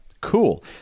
Cool